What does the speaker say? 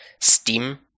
Steam